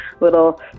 little